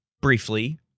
briefly